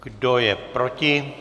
Kdo je proti?